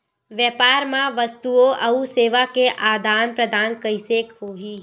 व्यापार मा वस्तुओ अउ सेवा के आदान प्रदान कइसे होही?